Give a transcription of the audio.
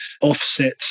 offset